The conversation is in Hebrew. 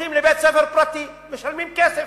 הולכים לבית-ספר פרטי ומשלמים כסף,